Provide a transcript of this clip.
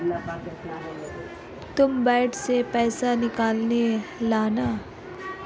तुम बैंक से पैसे निकलवा लाना